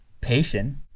Patient